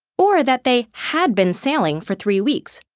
or that they had been sailing for three weeks,